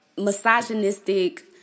misogynistic